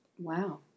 Wow